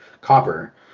copper